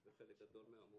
גם חלק גדול מהמורים,